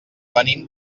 venim